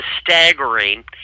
staggering